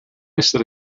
essere